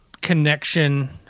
connection